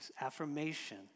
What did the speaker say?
affirmation